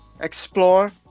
explore